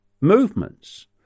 movements